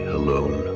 alone